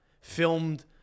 filmed